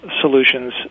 solutions